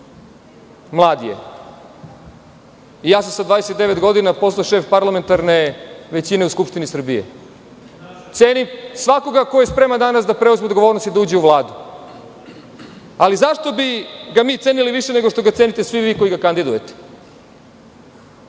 Mlad je. Ja sam sa 29 godina postao šef parlamentarne većine u Skupštini Srbije. Cenim svakoga ko je spreman danas da preuzme odgovornost i da uđe u Vladu, ali zašto bi ga mi cenili više nego što ga cenite svi vi koji ga kandidujete,